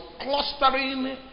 clustering